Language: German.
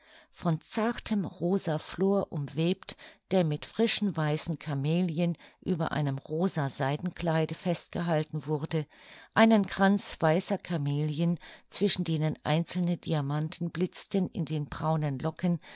von zartem rosa flor umwebt der mit frischen weißen camellien über einem rosa seidenkleide festgehalten wurde einen kranz weißer camellien zwischen denen einzelne diamanten blitzten in den braunen locken